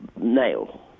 nail